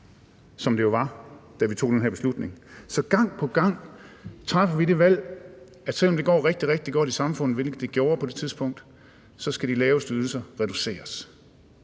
som det jo var, da vi tog den her beslutning. Så gang på gang træffer vi det valg, at selv om det går rigtig, rigtig godt i samfundet, hvilket det gjorde på det tidspunkt, skal de laveste ydelser reduceres.